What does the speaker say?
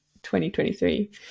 2023